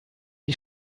die